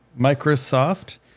Microsoft